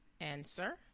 Answer